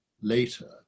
later